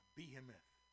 Behemoth